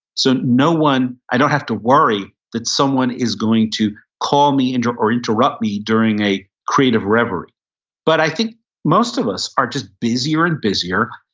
so no one, i don't have to worry that someone is going to call me or interrupt me during a creative reverie but i think most of us are just busier and busier,